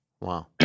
Wow